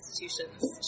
institutions